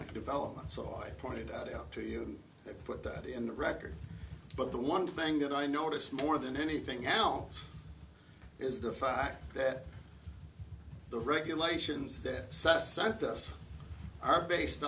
canonical development so i pointed out to you i put that in the record but the one thing that i notice more than anything else is the fact that the regulations that are based